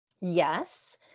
Yes